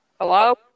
Hello